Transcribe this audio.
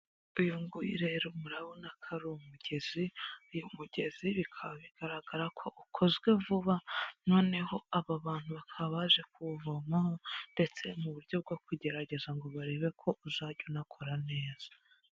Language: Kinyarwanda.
Uyunguyu rero murabona ko ari umugezi, uyu umugezi bikaba bigaragara ko ukozwe vuba, noneho aba bantu bakaba baje kuwuvomaho ndetse mu buryo bwo kugerageza ngo barebe ko uzajya unakora neza.